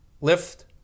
lift